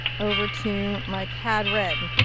over to my cad red.